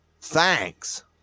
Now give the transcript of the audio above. thanks